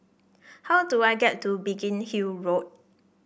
how do I get to Biggin Hill Road